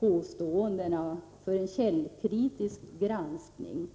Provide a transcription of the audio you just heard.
påståenden håller för en källkritisk granskning.